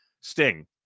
Sting